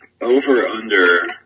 over-under